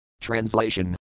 Translation